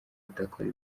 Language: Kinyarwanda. adakora